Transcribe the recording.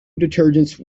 detergents